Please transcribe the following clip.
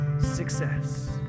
success